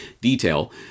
detail